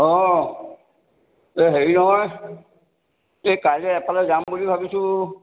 অ' এই হেৰি নহয় এই কাইলৈ এফালে যাম বুলি ভাবিছোঁ